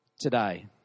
today